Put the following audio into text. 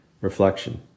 Reflection